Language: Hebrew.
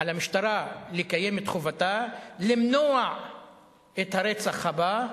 על המשטרה לקיים את חובתה למנוע את הרצח הבא,